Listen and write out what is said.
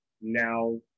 now